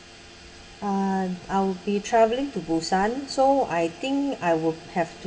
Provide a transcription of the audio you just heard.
uh I will be travelling to busan so I think I will have to